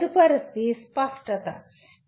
తదుపరిది "స్పష్టత"